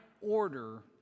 order